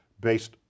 based